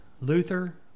Luther